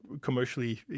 Commercially